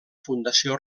fundació